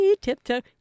tiptoe